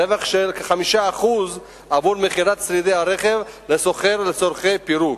רווח של כ-5% עבור מכירת שרידי הרכב לסוחר לצורכי פירוק.